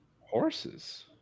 Horses